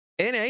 NA